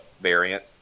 variant